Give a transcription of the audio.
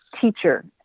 teacher